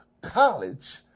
college